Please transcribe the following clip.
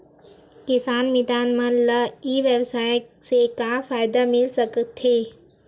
किसान मितान मन ला ई व्यवसाय से का फ़ायदा मिल सकथे?